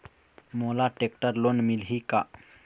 मोला tractor loan मिलही का?